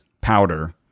powder